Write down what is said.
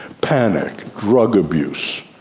panic, drug abuse,